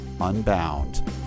unbound